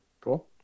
Cool